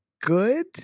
good